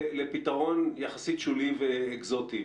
לפתרון יחסית שולי ואקזוטי.